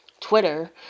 Twitter